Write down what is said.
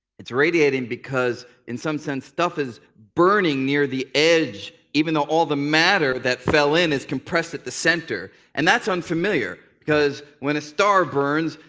it's radiating because, in some sense, stuff is burning near the edge, even though all the matter that fell in is compressed at the center. and that's unfamiliar, because, when a star burns,